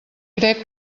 crec